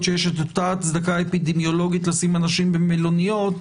שיש אותה הצדקה אפידמיולוגית לשים אנשים במלוניות,